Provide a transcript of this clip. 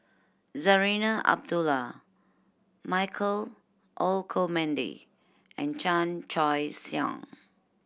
Zarinah Abdullah Michael Olcomendy and Chan Choy Siong